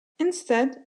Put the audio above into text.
instead